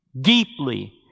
deeply